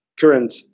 current